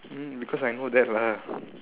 because I know that lah